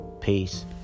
Peace